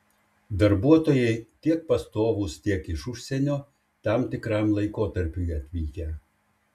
darbuotojai tiek pastovūs tiek iš užsienio tam tikram laikotarpiui atvykę